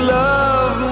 love